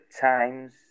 times